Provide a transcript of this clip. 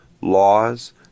laws